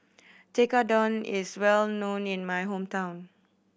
tekkadon is well known in my hometown